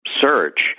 search